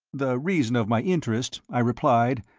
the reason of my interest, i replied,